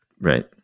Right